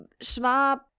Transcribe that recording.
Schwab